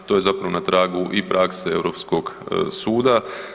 To je zapravo na tragu i prakse Europskog suda.